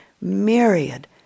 myriad